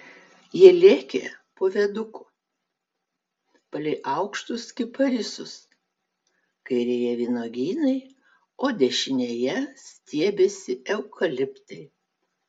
jie lėkė po viaduku palei aukštus kiparisus kairėje vynuogynai o dešinėje stiebėsi eukaliptai